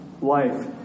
life